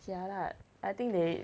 jialat I think they